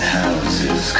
houses